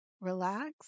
relax